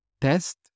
test